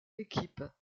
équipes